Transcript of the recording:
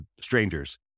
strangers